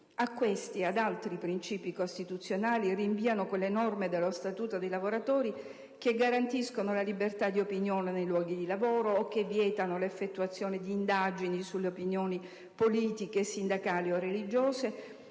A questi e ad altri principi costituzionali rinviano quelle norme dello Statuto dei lavoratori che garantiscono la libertà di opinione nei luoghi di lavoro (articolo 1), vietano l'effettuazione di indagini sulle opinioni politiche, religiose